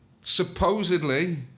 Supposedly